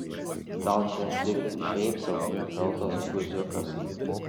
gal čia tik šiaip sau nekaltas guziukas